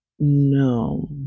no